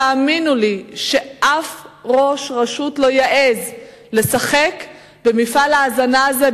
תאמינו לי שאף ראש רשות לא יעז לשחק במפעל ההזנה הזה,